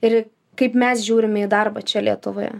ir kaip mes žiūrime į darbą čia lietuvoje